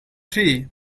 three